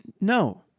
No